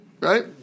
right